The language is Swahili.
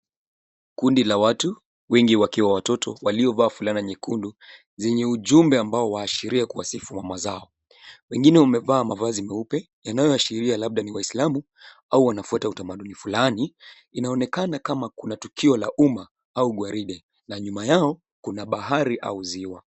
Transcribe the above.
Kundi la watu wengi wakiwa watoto waliovaa fulana nyekundu zenye ujumbe ambao waashiria kuwasifu mama zao. Wengine wamevaa mavazi meupe yanayoashiria labda ni waislamu au wanafuata utamaduni fulani. Inaonekana kama kuna tukio la umma au gwaride na nyuma yao, kuna bahari au ziwa.